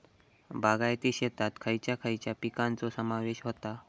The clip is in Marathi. बागायती शेतात खयच्या खयच्या पिकांचो समावेश होता?